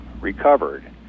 recovered